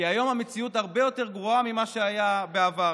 כי היום המציאות הרבה יותר גרועה ממה שהיה בעבר.